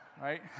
right